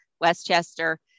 Westchester